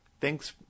Thanks